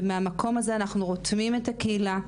ומהמקום הזה אנחנו רותמים את הקהילה,